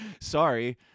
sorry